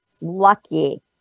lucky